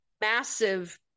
massive